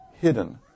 hidden